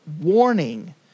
warning